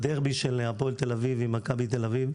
בדרבי של הפועל תל אביב עם מכבי תל אביב,